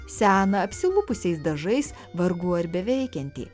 seną apsilupusiais dažais vargų ar beveikianti